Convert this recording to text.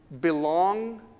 belong